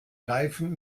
reifen